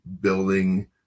building